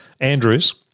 Andrews